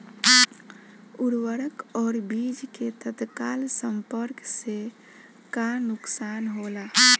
उर्वरक और बीज के तत्काल संपर्क से का नुकसान होला?